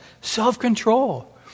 self-control